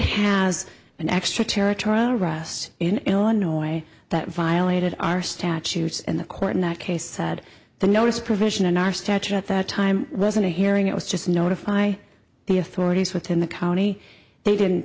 has an extraterritorial russ in illinois that violated our statutes and the court in that case said the notice provision in our statute at that time wasn't a hearing it was just notify the authorities within the county they didn't